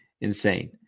insane